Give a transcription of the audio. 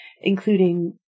including